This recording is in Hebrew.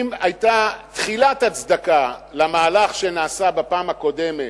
אם היתה תחילת הצדקה למהלך שנעשה בפעם הקודמת,